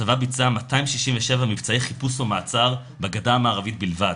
הצבא ביצע 267 מבצעי חיפוש או מעצר בגדה המערבית בלבד,